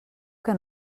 que